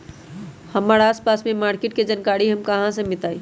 हमर आसपास के मार्किट के जानकारी हमरा कहाँ से मिताई?